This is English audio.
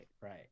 right